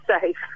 safe